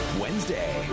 Wednesday